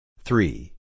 three